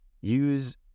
Use